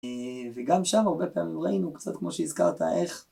וגם שם הרבה פעמים ראינו קצת כמו שהזכרת איך.